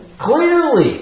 Clearly